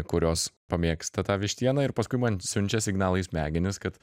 kurios pamėgsta tą vištieną ir paskui man siunčia signalą į smegenis kad